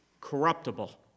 corruptible